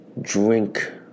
Drink